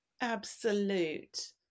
absolute